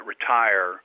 retire